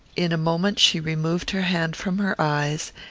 in a moment she removed her hand from her eyes,